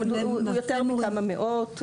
המחסור הוא של יותר מכמה מאות.